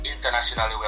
internationally